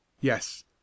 yes